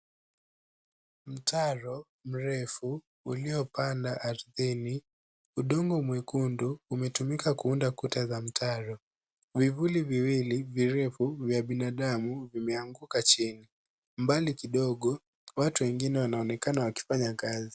Mtaro mrefu uliopanda ardhini. Udongo mwekundu umetumika kuunda kuta za mitaro. Vifusi viwili virefu vya binadamu vimeanguka chini mbali kidogo. Watu wengine wanaonekana wakifanya kazi.